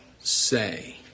say